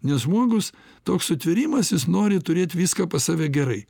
nes žmogus toks sutvėrimas jis nori turėt viską pas save gerai